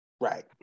Right